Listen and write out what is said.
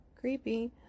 Creepy